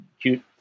cute